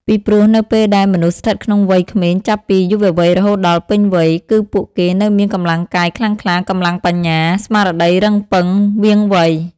ពីព្រោះនៅពេលដែលមនុស្សស្ថិតក្នុងវ័យក្មេងចាប់ពីយុវវ័យរហូតដល់ពេញវ័យ គឺពួកគេនៅមានកម្លាំងកាយខ្លាំងក្លា កម្លាំងបញ្ញា ស្មារតីរឹងប៉ឹង វាងវៃ ។